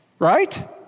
right